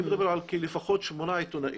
אני מדבר לפחות על שמונה עיתונאים,